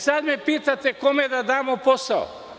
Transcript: Sada me pitate – kome da damo posao?